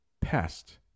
pest